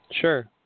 Sure